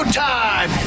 time